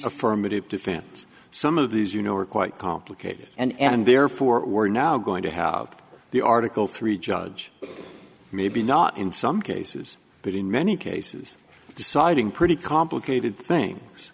affirmative defense some of these you know are quite complicated and therefore we're now going to have the article three judge maybe not in some cases but in many cases deciding pretty complicated things